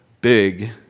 big